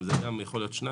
זה גם יכול להיות שניים,